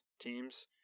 teams